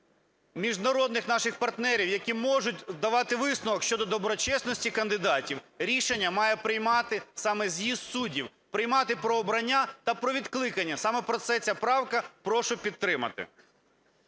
міжнародних наших партнерів, які можуть давати висновок щодо доброчесності кандидатів, рішення має приймати саме з'їзд суддів, приймати про обрання та про відкликання. Саме про це ця правка. Прошу підтримати.